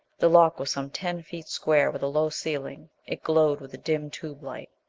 the lock was some ten feet square, with a low ceiling. it glowed with a dim tube-light.